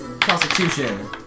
Constitution